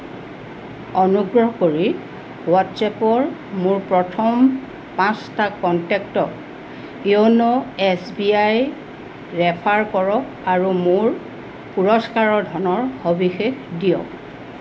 অনুগ্ৰহ কৰি হোৱাট্ছএপত মোৰ প্ৰথম পাঁচটা কণ্টেক্টক YONO S B I refer কৰক আৰু মোৰ পুৰস্কাৰৰ ধনৰ সবিশেষ দিয়ক